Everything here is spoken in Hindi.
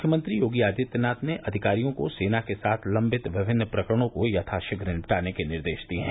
मुख्यमंत्री योगी आदित्यनाथ ने अधिकारियों को सेना के साथ लंबित विभिन्न प्रकरणों को यथारीघ्र निपटाने के निर्देश दिये हैं